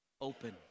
Open